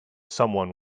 someone